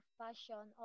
fashion